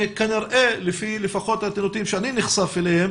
שכנראה לפחות לפי הנתונים שאני נחשף אליהם